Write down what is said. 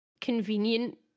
convenient